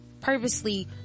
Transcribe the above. purposely